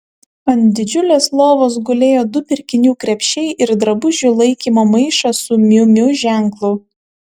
ant didžiulės lovos gulėjo du pirkinių krepšiai ir drabužių laikymo maišas su miu miu ženklu